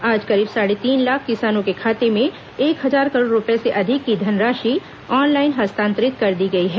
आज करीब साढ़े तीन लाख किसानों के खाते में एक हजार करोड़ रूपये से अधिक की धनराशि ऑनलाइन हस्तांतरित कर दी गई है